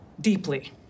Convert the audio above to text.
deeply